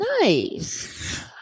Nice